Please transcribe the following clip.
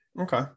Okay